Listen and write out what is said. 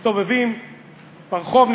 מסתובבים ברחוב,